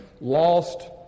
lost